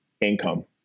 income